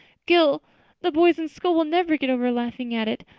gil the boys in school will never get over laughing at it.